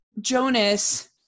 Jonas